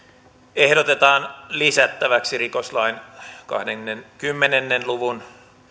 ehdotetaan lisättäväksi rikoslain kahdenkymmenen luvun